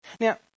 Now